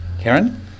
Karen